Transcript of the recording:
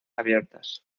abiertas